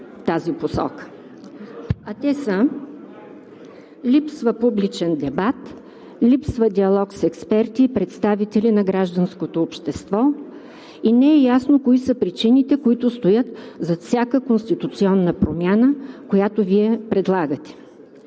А те са: липсва публичен дебат, липсва диалог с експерти и представители на гражданското общество и не е ясно кои са причините, които стоят зад всяка конституционна промяна, която Вие предлагате.